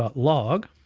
ah log,